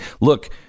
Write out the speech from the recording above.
look